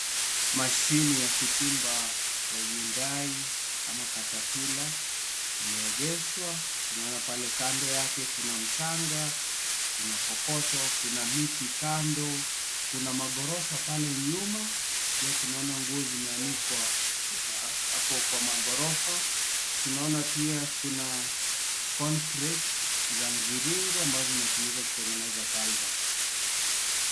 Mashine ya kuchimba ya Hyundai ama caterpillar imeegeshwa. Tunaona pale kando yake kuna mchanga, kuna kokoto, kuna miti kando, kuna magorofa pale nyuma, pia tunaona nguo zimeanikwa hapo kwa maghorofa, tunaona pia kuna [csconcrete za mviringo ambazo zinatumika kutengeneza culvert .